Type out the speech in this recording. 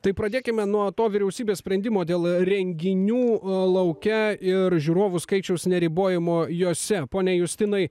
tai pradėkime nuo to vyriausybės sprendimo dėl renginių lauke ir žiūrovų skaičiaus neribojimo jose pone justinai